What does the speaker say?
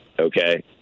okay